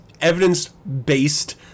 evidence-based